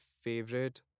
favorite